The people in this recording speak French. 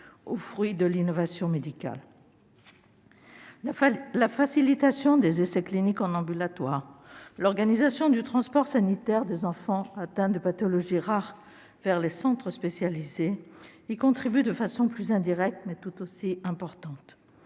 aux fruits de l'innovation médicale. La facilitation des essais cliniques en ambulatoire, l'organisation du transport sanitaire des enfants atteints de pathologies rares vers les centres spécialisés y contribuent de façon plus indirecte, mais tout aussi importante.